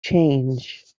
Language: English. change